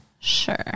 Sure